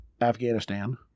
Afghanistan